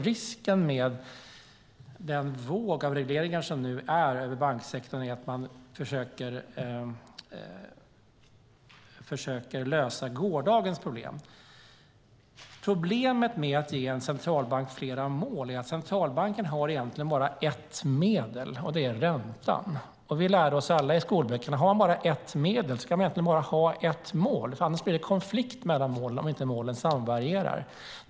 Risken med den våg av regleringar som nu är över banksektorn är att man försöker lösa gårdagens problem. Problemet med att ge en centralbank flera mål är att centralbanken egentligen har bara ett medel, och det är räntan. Vi lärde oss alla genom skolböckerna att om man har bara ett medel kan man egentligen ha bara ett mål, för annars blir det konflikt mellan målen, om inte målen samvarierar.